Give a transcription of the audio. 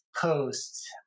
post